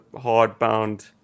hard-bound